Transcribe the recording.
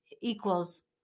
equals